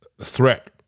threat